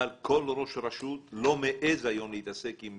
אבל כל ראש רשות לא מעז היום להתעסק עם